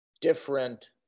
different